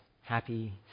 Happy